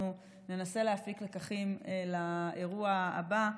אנחנו ננסה להפיק לקחים לאירוע הבא,